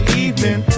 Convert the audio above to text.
evening